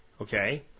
okay